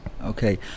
Okay